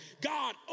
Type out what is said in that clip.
God